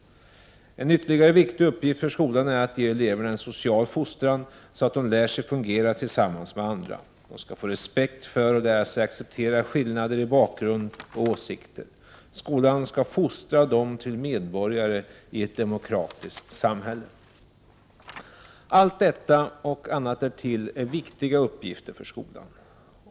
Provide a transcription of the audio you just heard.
Ytterligare en viktig uppgift för skolan är att ge eleverna en social fostran, så att de lär sig fungera tillsammans med andra. De skall få respekt för och lära sig acceptera skillnader i bakgrund och åsikter. Skolan skall fostra dem till medborgare i ett demokratiskt samhälle. Allt detta och annat därtill är viktiga uppgifter för skolan.